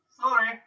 sorry